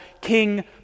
King